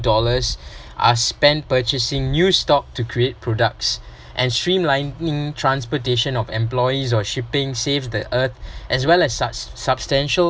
dollars are spent purchasing new stock to create products and streamlining transportation of employees or shipping save the earth as well as sub~ substantial